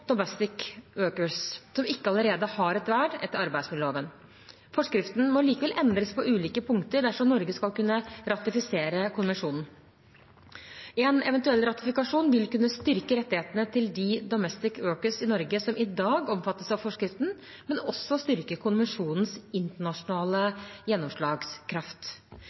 som ikke allerede har et vern etter arbeidsmiljøloven. Forskriften må likevel endres på ulike punkter dersom Norge skal kunne ratifisere konvensjonen. En eventuell ratifikasjon vil kunne styrke rettighetene til de «domestic workers» i Norge som i dag omfattes av forskriften, men også styrke konvensjonens internasjonale gjennomslagskraft.